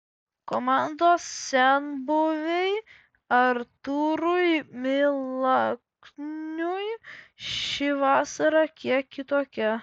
komandos senbuviui artūrui milakniui ši vasara kiek kitokia